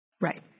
Right